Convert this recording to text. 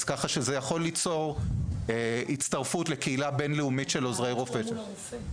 מה שיכול ליצור הצטרפות לקהילה הבינלאומית של עוזרי הרופא.